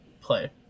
play